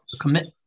commit